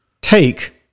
take